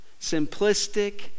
simplistic